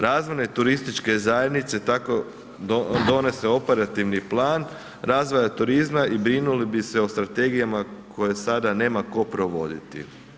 Razvojne i turističke zajednice tako donose operativni plan razvoja turizma i brinuli bi se o strategijama koje sada nema tko provoditi.